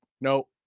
No